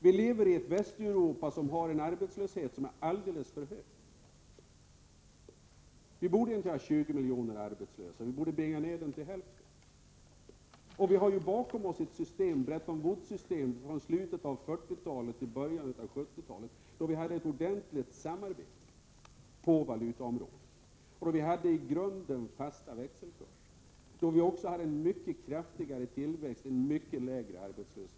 Vi lever i ett Västeuropa som har en alldeles för hög arbetslöshet. Vi borde inte ha 20 miljoner arbetslösa, utan vi borde bringa ned arbetslösheten till hälften. Vi har ju bakom oss ett system, Bretton Woods-avtalet, som gällde från slutet av 1940-talet till början av 1970-talet, då vi hade ett effektivt samarbete på valutaområdet med i grunden fasta växelkurser. Då var det en mycket kraftigare tillväxt och en mycket lägre arbetslöshet.